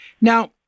now